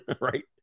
Right